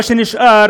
בזמן שנשאר